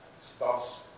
stops